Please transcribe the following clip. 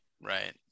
Right